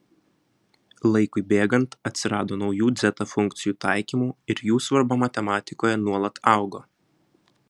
laikui bėgant atsirado naujų dzeta funkcijų taikymų ir jų svarba matematikoje nuolat augo